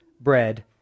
bread